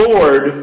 Lord